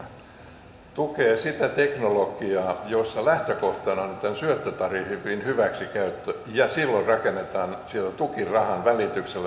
mutta tämänhetkinen tukijärjestelmä tukee sitä teknologiaa jossa lähtökohtana on tämän syöttötariffin hyväksikäyttö ja silloin rakennetaan sen tukirahan välityksellä näitä isoja roottoreita